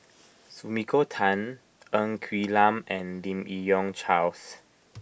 Sumiko Tan Ng Quee Lam and Lim Yi Yong Charles